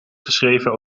geschreven